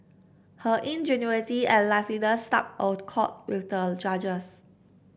her ingenuity and liveliness struck a chord with the judges